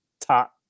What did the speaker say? top